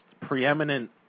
preeminent